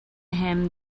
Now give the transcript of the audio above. him